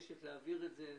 להעביר את זה.